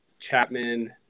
Chapman